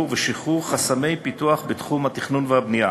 ושחרור חסמי פיתוח בתחום התכנון והבנייה.